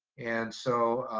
and so,